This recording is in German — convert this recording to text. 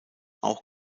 auch